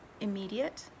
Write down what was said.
immediate